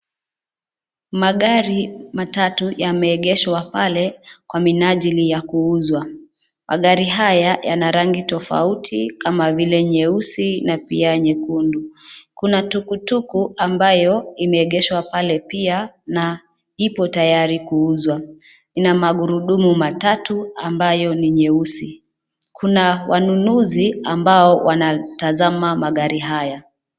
Magari matatu yameegeshwa pale kwa menajili ya kuuzwa, magari haya yana rangi tofauti kama vile nyeusi na pia nyekundu kuna tuku tuku ambayo imeegeshwa pale pia na ipo tayari kuuzwa ina magurudumu matatu ambayo ni nyeusi . Kuna wanunuzi ambao wanatazama magari haya.